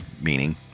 meaning